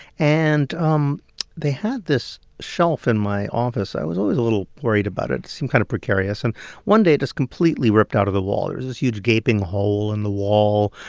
and um they had this shelf in my office. i was always a little worried about it. it seemed kind of precarious. and one day, it just completely ripped out of the wall. there was this huge gaping hole in the wall.